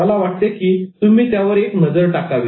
मला वाटते की तुम्ही त्यावर एक नजर टाकावी